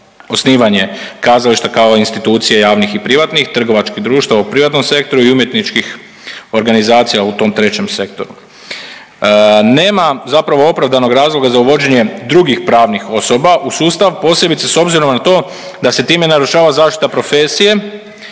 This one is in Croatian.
osnivanje kazališta kao institucije javnih i privatnih, trgovačkih društava u privatnom sektoru i umjetničkih organizacija u tom 3. sektoru. Nema zapravo opravdanog razloga za uvođenje drugih pravnih osoba u sustav, posebice s obzirom na to da se time narušava zaštita profesije